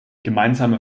gemeinsame